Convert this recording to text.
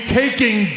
taking